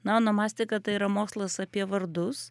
na onomastika tai yra mokslas apie vardus